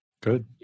Good